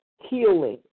healing